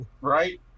Right